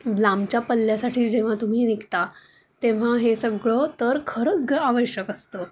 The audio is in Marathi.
लांबच्या पल्ल्यासाठी जेव्हा तुम्ही निघता तेव्हा हे सगळं तर खरंच ग आवश्यक असतं